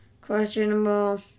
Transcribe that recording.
questionable